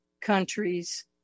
countries